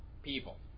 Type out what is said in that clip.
People